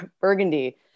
Burgundy